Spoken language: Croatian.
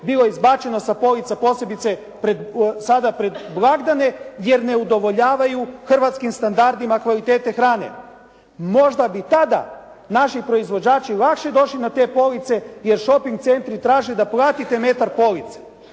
bilo izbačeno sa polica posebice sada pred blagdane jer ne udovoljavaju hrvatskim standardima kvalitete hrane. Možda bi tada naši proizvođači lakše došli na te police, jer shoping centri traže da platite metar police.